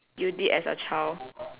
you did as a child